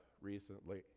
recently